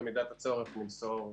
במידת הצורך נמסור.